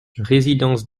résidence